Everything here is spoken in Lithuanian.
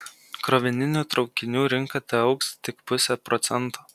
krovininių traukinių rinka teaugs tik puse procento